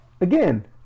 again